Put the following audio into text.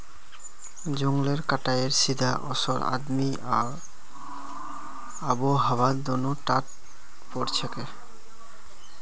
जंगलेर कटाईर सीधा असर आदमी आर आबोहवात दोनों टात पोरछेक